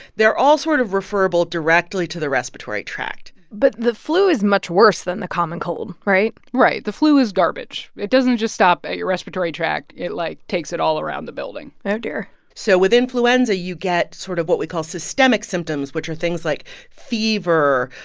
they're all sort of referable directly to the respiratory tract but the flu is much worse than the common cold, right? right, the flu is garbage. it doesn't just stop at your respiratory tract. it, like, takes it all around the building oh, dear so with influenza, you get sort of what we call systemic symptoms, which are things like fever,